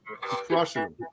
crushing